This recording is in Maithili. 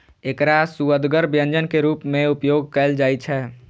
एकरा सुअदगर व्यंजन के रूप मे उपयोग कैल जाइ छै